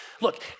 Look